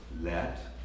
let